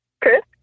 Chris